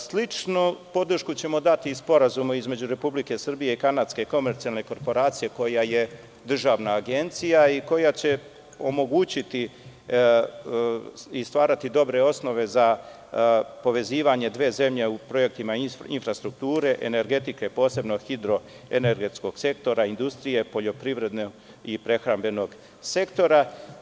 Sličnu podršku ćemo dati i Sporazumu između Republike Srbije i Kanadske komercijalne korporacije koja je državna agencija i koja će omogućiti i stvarati dobre osnove za povezivanje dve zemlje u projektima infrastrukture, energetike, posebno hidroenergetskog sektora, industrije, poljoprivrede i prehrambenog sektora.